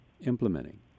implementing